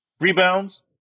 Rebounds